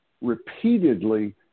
repeatedly